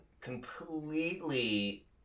completely